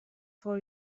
for